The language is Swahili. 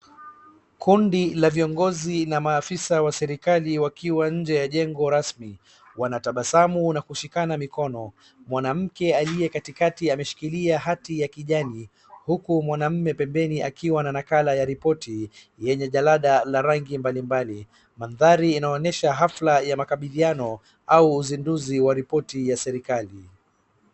Kundi la viongozi na maafisa wa serikali wakiwa nje ya jengo rasimi, wanatabasamu na kushikana mikono, mwanamke aliyekatikati ameshikilia hati ya kijani, huku mwanaume pemeni akiwa na nakala ya ripoti yenye jalada la rangi mbalimbali. Mandhari yanaonyesha hafla ya makabiliano au uzinduzi wa ripoti ya serikali.